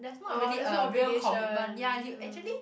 orh there's no obligation hmm